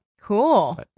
Cool